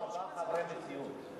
זה זלזול בכנסת.